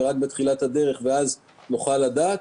הם רק בתחילת הדרך ואז נוכל לדעת.